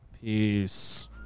Peace